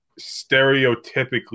stereotypically